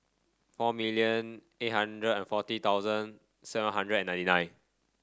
four million eight hundred and forty thousand seven hundred and ninety nine